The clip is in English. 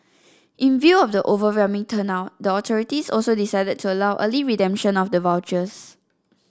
in view of the overwhelming turnout the authorities also decided to allow early redemption of the vouchers